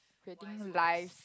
creating lives